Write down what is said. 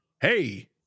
Hey